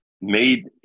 made